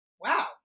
Wow